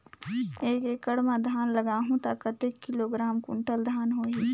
एक एकड़ मां धान लगाहु ता कतेक किलोग्राम कुंटल धान होही?